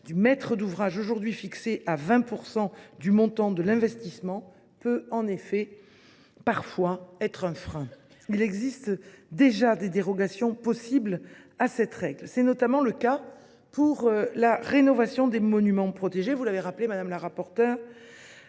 du maître d’ouvrage, aujourd’hui fixée à 20 % du montant de l’investissement, peut parfois être un frein. Il existe déjà des dérogations possibles à cette règle. C’est notamment le cas pour la rénovation des monuments protégés, les ponts et ouvrages d’art en